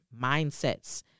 mindsets